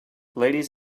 ladies